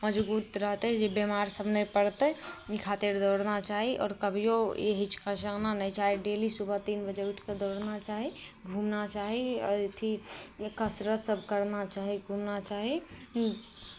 मजबूत रहतै जे बिमार सभ नहि पड़तै ई खातिर दौड़ना चाही आओर कभिओ ई हिचकिचाना नहि चाही डेली सुबह तीन बजे उठि कऽ दौड़ना चाही घूमना चाही आओर अथी कसरतसभ करना चाही घूमना चाही